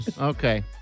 Okay